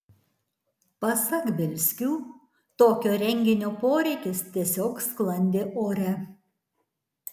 pasak bielskių tokio renginio poreikis tiesiog sklandė ore